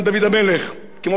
כמו בעידן שלמה המלך.